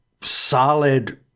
solid